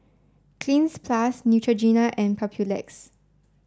cleanz plus Neutrogena and Papulex